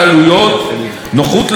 נוחות ללקוח,